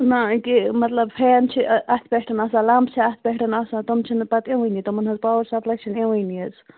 نہَ یہِ کیٛاہ مَطلَب فین چھِ اَتھ پٮ۪ٹھ آسان لَمپ چھِ اتھ پٮ۪ٹھ آسان تِم چھِنہٕ پَتہٕ یِوانٕے تِمن ہٕنٛز پاوَر سَپلے چھِنہٕ یِوانٕے حظ